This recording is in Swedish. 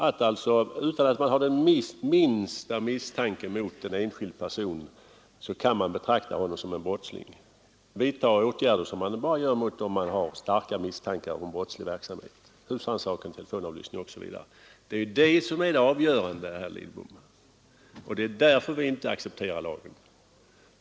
Utan att man kan rikta den minsta misstanke mot en enskild person kan man betrakta honom som en brottsling och vidta åtgärder som man normalt bara gör när man har starka misstankar om brottslig verksamhet — husrannsakan, telefonavlyssning osv. Det är det som är det avgörande, herr Lidbom. Det är därför vi inte accepterar lagen.